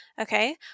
Okay